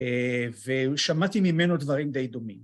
ושמעתי ממנו דברים די דומים.